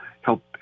help